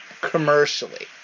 commercially